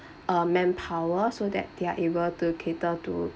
uh manpower so that they are able to cater to